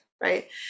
right